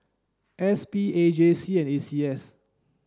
S P A J C and A C S